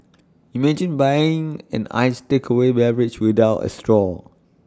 imagine buying an iced takeaway beverage without A straw